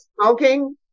smoking